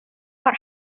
out